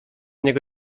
niego